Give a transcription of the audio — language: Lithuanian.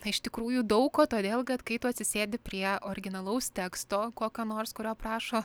na iš tikrųjų daug ko todėl kad kai tu atsisėdi prie originalaus teksto kokio nors kurio prašo